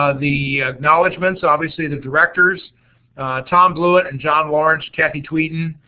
ah the acknowledgements, obviously the directors tom blewett and john lawrence, kathy tweeten,